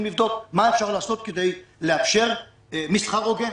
לבדוק מה אפשר לעשות כדי לאפשר מסחר הוגן.